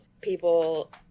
People